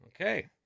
Okay